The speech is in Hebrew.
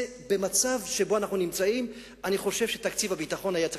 במצב שבו אנחנו נמצאים אני חושב שתקציב הביטחון היה צריך